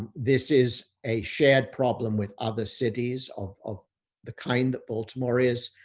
this is a shared problem with other cities of of the kind that baltimore is.